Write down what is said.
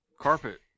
carpet